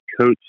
coach